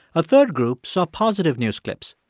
a third group saw positive news clips,